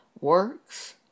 works